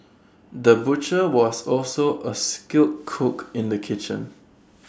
the butcher was also A skilled cook in the kitchen